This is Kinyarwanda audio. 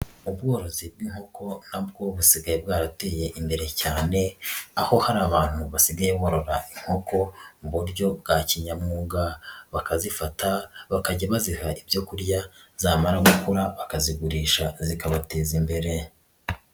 Ubworozi bw'inkoko na bwo busigaye bwarateye imbere cyane aho hari abantu basigaye barora inkoko mu buryo bwa kinyamwuga, bakazifata bakajya baziha ibyo kurya, zamara gukura bakazigurisha zikabateza imbere.